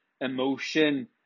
emotion